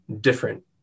different